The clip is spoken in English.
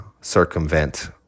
circumvent